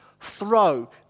Throw